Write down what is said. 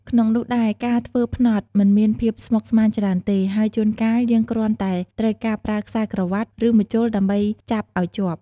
ក្នុងនោះដែរការធ្វើផ្នត់មិនមានភាពស្មុគស្មាញច្រើនទេ ហើយជួនកាលយើងគ្រាន់តែត្រូវការប្រើខ្សែក្រវាត់ ឬម្ជុលដើម្បីចាប់អោយជាប់។